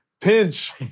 pinch